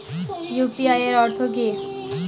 UPI এর অর্থ কি?